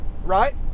Right